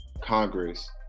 congress